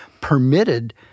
permitted